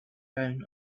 down